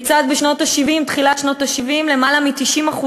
כיצד בתחילת שנות ה-70 יותר מ-90%,